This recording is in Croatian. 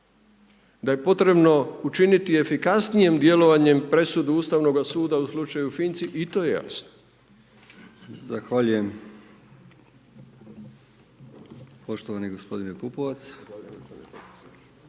Da je potrebno učiniti efikasnijom djelovanjem presudu Ustavnog sud u slučaju Finci i to je jasno. **Brkić, Milijan (HDZ)** Zahvaljujem poštovani gospodine Pupovac.